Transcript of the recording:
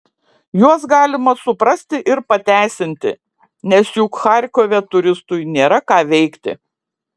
juos galima suprasti ir pateisinti nes juk charkove turistui nėra ką veikti